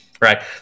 Right